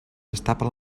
destapa